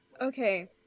Okay